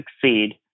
succeed